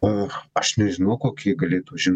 a aš nežinau kokį ji galėtų užimt